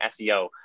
SEO